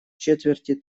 четверти